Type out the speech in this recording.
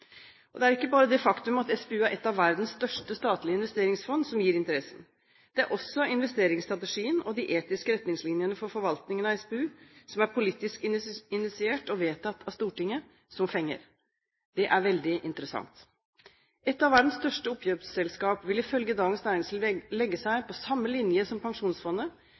SPU. Det er ikke bare det faktum at SPU er et av verdens største statlige investeringsfond som gir interessen. Det er også investeringsstrategien og de etiske retningslinjene for forvaltningen av SPU, som er politisk initiert og vedtatt av Stortinget, som fenger. Det er veldig interessant. Et av verdens største oppkjøpsselskap vil ifølge Dagens Næringsliv legge seg på samme linje som pensjonsfondet